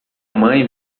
mãe